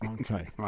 Okay